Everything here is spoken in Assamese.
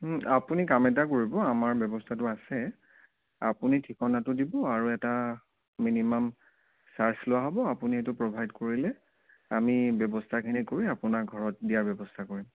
আপুনি কাম এটা কৰিব আমাৰ ব্যৱস্থাটো আছে আপুনি ঠিকনাটো দিব আৰু এটা মিনিমাম চাৰ্জ লোৱা হ'ব আপুনি সেইটো প্ৰভাইড কৰিলে আমি ব্যৱস্থাখিনি কৰি আপোনাৰ ঘৰত দিয়া ব্যৱস্থা কৰিম